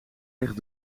ligt